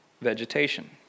vegetation